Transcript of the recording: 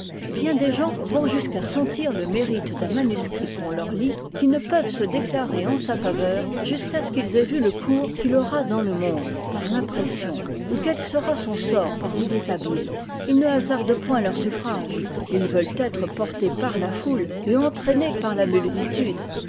bien des gens vont jusqu'à sentir le mérite d'un manuscrit qu'on leur lit qui ne peuvent se déclarer en sa faveur jusqu'à ce qu'ils aient vu le cours qu'il aura dans le monde par l'impression ou quel sera son sort parmi les habiles ils ne hasardent point leurs suffrages et ils veulent être portés par la foule et entraînés par la multitude